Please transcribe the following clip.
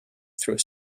through